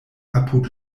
apud